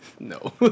No